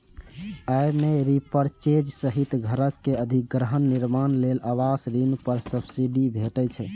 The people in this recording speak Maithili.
अय मे रीपरचेज सहित घरक अधिग्रहण, निर्माण लेल आवास ऋण पर सब्सिडी भेटै छै